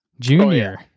junior